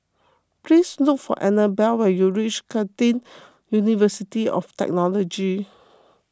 please look for Anabella when you reach Curtin University of Technology